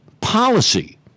policy